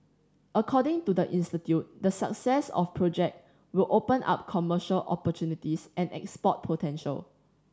according to the institute the success of project will open up commercial opportunities and export potential